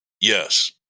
Yes